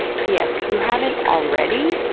p s. if you haven't already,